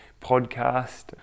podcast